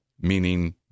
meaning